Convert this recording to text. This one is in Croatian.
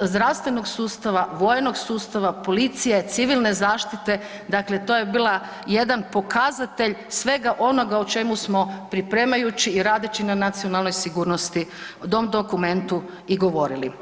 zdravstvenog sustava, vojnog sustava, policije, civilne zaštite, dakle to je bila jedan pokazatelj svega onoga o čemu smo pripremajući i radeći na nacionalnoj sigurnosti u tom dokumentu i govorili.